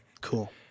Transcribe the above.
Cool